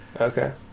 Okay